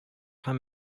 һәм